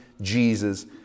Jesus